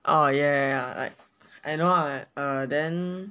oh ya ya ya like I know lah like